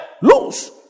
Lose